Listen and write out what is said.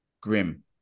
grim